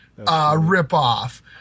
ripoff